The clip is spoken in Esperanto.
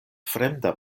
fremda